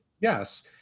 yes